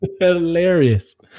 Hilarious